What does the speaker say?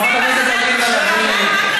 חברת הכנסת עליזה לביא.